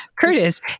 Curtis